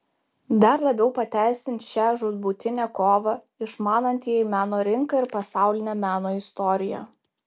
dar labiau pateisins šią žūtbūtinę kovą išmanantieji meno rinką ir pasaulinę meno istoriją